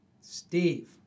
Steve